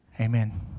Amen